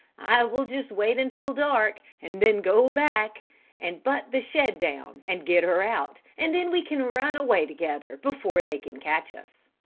i will just wait until dark and then go back and butt the shed down and get her out and then we can run away together before they can catch us.